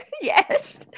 Yes